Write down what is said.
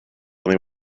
only